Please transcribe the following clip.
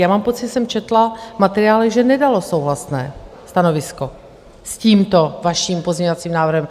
Já mám pocit, že jsem četla v materiále, že nedalo souhlasné stanovisko s tímto vaším pozměňovacím návrhem.